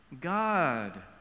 God